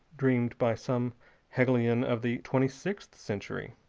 dreamed by some hegelian of the twenty-sixth century?